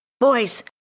Boys